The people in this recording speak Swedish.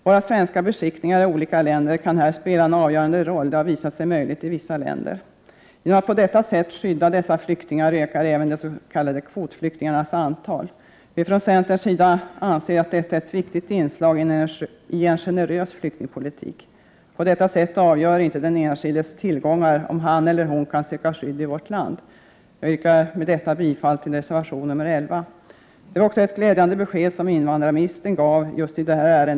Våra svenska beskickningar i olika länder kan här spela en avgörande roll — detta har visat sig möjligt i vissa länder. Genom att på detta sätt skydda dessa flyktingar ökar även de s.k. kvotflyktingarnas antal. Vi från centerns sida anser att detta är ett viktig inslag i en generös flyktingpolitik. På detta sätt avgör inte den enskildes tillgångar om han eller hon kan söka skydd i vårt land. Jag yrkar med detta bifall till reservation 11. Invandrarministern gav ett glädjande besked när det gäller just den här frågan.